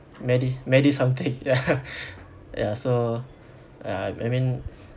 medi~ medi~ something ya ya so uh I mean